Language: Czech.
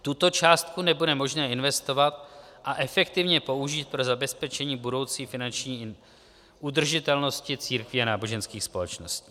Tuto částku nebude možné investovat a efektivně použít pro zabezpečení budoucí finanční udržitelnosti církví a náboženských společností.